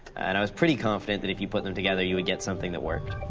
and i was pretty confident that if you put them together, you would get something that worked.